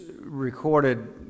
recorded